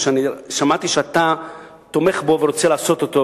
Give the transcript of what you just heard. ואני שמעתי שאתה תומך בו ורוצה לעשות אותו,